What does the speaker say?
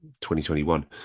2021